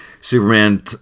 Superman